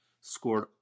scored